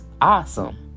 awesome